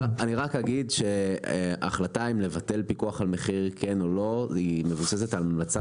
אני רק אגיד שההחלטה אם לבטל פיקוח על מחיר מבוססת על המלצה